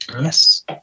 Yes